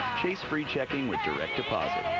chase free checking with direct deposit.